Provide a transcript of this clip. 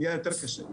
נהיה יותר קשה.